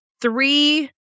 three